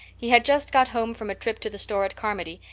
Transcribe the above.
he had just got home from a trip to the store at carmody,